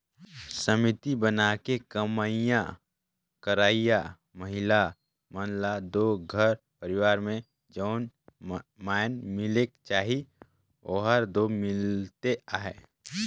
समिति बनाके कमई करइया महिला मन ल दो घर परिवार में जउन माएन मिलेक चाही ओहर दो मिलते अहे